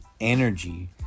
energy